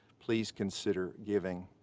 please consider giving.